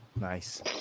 nice